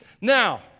now